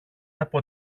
από